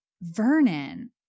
Vernon